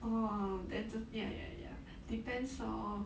oh then just ya ya ya depends orh